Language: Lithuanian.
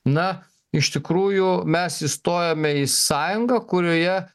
na iš tikrųjų mes įstojome į sąjungą kurioje